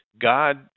God